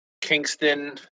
Kingston